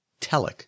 telic